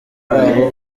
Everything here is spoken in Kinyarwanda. babo